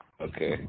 Okay